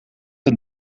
een